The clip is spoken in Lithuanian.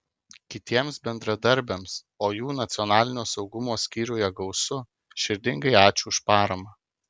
kitiems bendradarbiams o jų nacionalinio saugumo skyriuje gausu širdingai ačiū už paramą